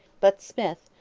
but smyth,